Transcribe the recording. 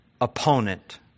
opponent